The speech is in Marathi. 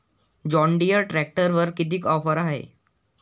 जॉनडीयर ट्रॅक्टरवर कितीची ऑफर हाये?